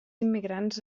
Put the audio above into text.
immigrants